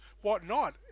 whatnot